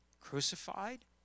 crucified